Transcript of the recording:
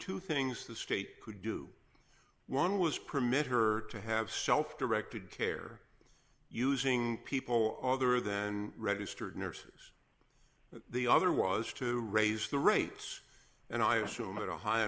two things the state could do one was permit her to have self directed care using people other than registered nurses the other was to raise the rates and i assume that a high